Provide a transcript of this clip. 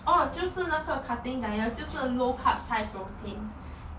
orh 就是那个 cutting diet 就是 low carb high protein